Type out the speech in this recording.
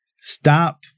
stop